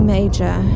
Major